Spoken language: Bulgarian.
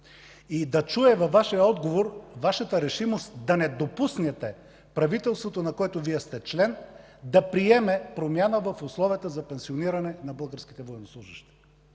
Да чуя в отговора Вашата решимост да не допуснете правителството, на което Вие сте член, да приеме промяна в условията за пенсиониране на българските военнослужещи.